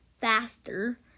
faster